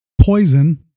poison